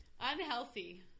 Unhealthy